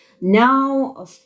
now